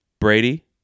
brady